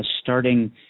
starting